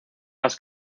las